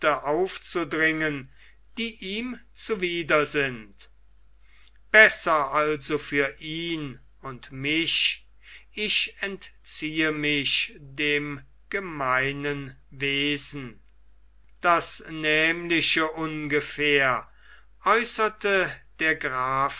aufzudringen die ihm zuwider sind besser also für ihn und mich ich entziehe mich dem gemeinen wesen das nämliche ungefähr äußerte der graf